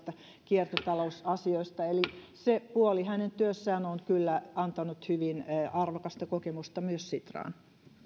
kiertotalouden asioista eli se puoli hänen työssään on kyllä antanut hyvin arvokasta kokemusta myös sitraan